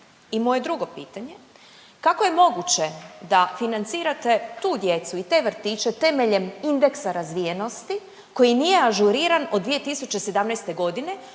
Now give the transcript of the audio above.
I moje drugo pitanje, kako je moguće da financirate tu djecu i te vrtiće temeljem indeksa razvijenosti, koji nije ažuriran od 2017. g.